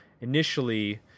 initially